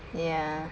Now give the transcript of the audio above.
ya